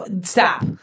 stop